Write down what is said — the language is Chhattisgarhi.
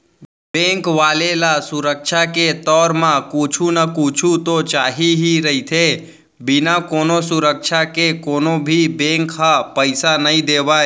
बेंक वाले ल सुरक्छा के तौर म कुछु न कुछु तो चाही ही रहिथे, बिना कोनो सुरक्छा के कोनो भी बेंक ह पइसा नइ देवय